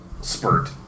spurt